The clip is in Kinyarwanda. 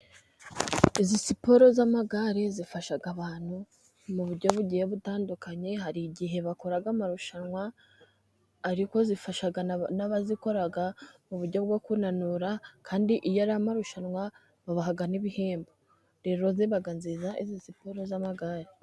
Izi siporo z'amagare zifasha abantu mu buryo bugiye butandukanye, hari igihe bakora amarushanwa ariko zifasha n'abazikora, mu buryo bwo kunanura kandi iyo ari amarushanwa babaha n'ibihembo, rero ziba nziza izi siporo z'amagare.